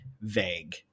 vague